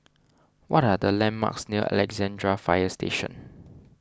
what are the landmarks near Alexandra Fire Station